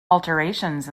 alterations